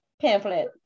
pamphlet